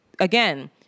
again